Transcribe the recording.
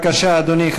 בבקשה, אדוני.